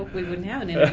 we wouldn't have an